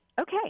okay